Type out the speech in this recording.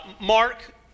Mark